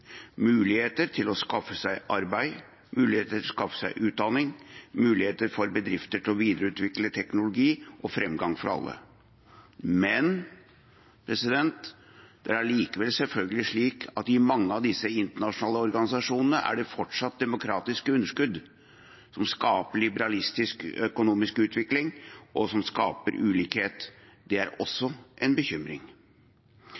muligheter til å skaffe seg arbeid, muligheter til å skaffe seg utdanning, muligheter for bedrifter til å videreutvikle teknologi, og framgang for alle. Men det er selvfølgelig slik at i mange av disse internasjonale organisasjonene er det fortsatt demokratisk underskudd, som skaper liberalistisk økonomisk utvikling, og som skaper ulikhet. Det er